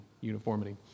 uniformity